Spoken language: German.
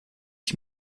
ich